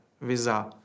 Visa